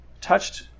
touched